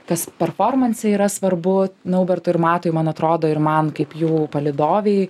tas performanse yra svarbu naubertui ir matui man atrodo ir man kaip jų palydovei